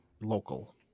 local